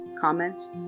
comments